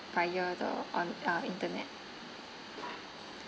via the on~ uh internet